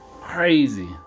Crazy